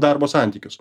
darbo santykius